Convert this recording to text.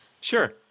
Sure